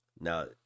Now